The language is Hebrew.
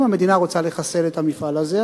אם המדינה רוצה לחסל את המפעל הזה,